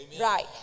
Right